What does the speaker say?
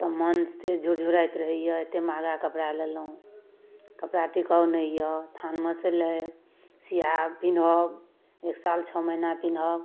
तऽ मोन से झुरझुराइत रहैए एतेक महगा कपड़ा लेलहुँ कपड़ा टिकाउ नहि अइ थानमेसँ लेब सिआएब पिनहब एक साल छओ महिना पिनहब